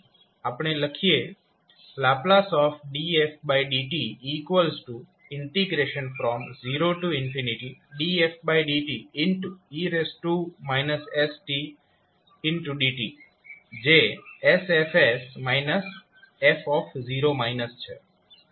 આપણે લખીએ ℒ dfdt 0dfdte stdt જે 𝑠𝐹𝑠 f છે